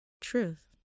truth